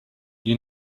you